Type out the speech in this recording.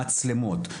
מצלמות,